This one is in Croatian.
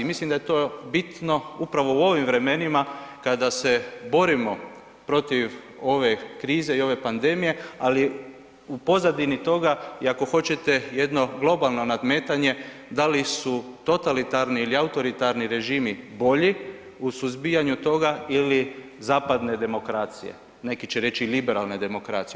Mislim da je to bitno upravo u ovim vremenima kada se borimo protiv ove krize i ove pandemije, ali u pozadini toga i ako hoćete, jedno globalno nadmetanje, da li su totalitarni ili autoritarni režimi bolji u suzbijanju toga ili zapadne demokracije, neki će reći liberalne demokracije.